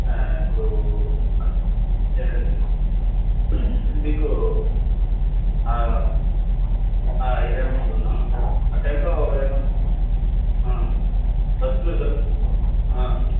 ఇప్పుడు మీకు ఇరవై మంది ఉన్నాం ఆ టైంలో ఏమైనా బస్సులో దొరుకు